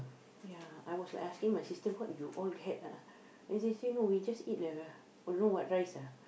ya I was like asking my sister what you all had ah then she say no we just eat the I don't know what rice ah